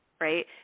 right